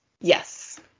yes